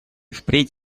впредь